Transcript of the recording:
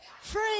free